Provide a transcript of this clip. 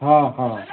ହଁ ହଁ